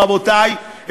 רבותי,